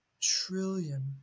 trillion